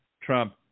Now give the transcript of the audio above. Trump